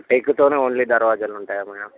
టేకుతోనే only దర్వాజాలుంటాయా madam